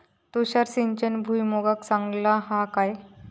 तुषार सिंचन भुईमुगाक चांगला हा काय?